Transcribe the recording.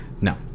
No